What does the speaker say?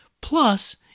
Plus